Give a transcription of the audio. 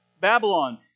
Babylon